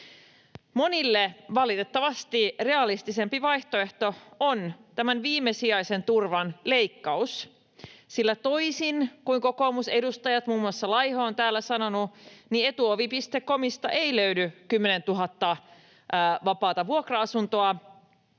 Monille, valitettavasti, realistisempi vaihtoehto on tämän viimesijaisen turvan leikkaus, sillä toisin kuin kokoomusedustajat, muun muassa Laiho, ovat täällä sanoneet, Etuovi.comista ei löydy 10 000:ta vapaata vuokra-asuntoa.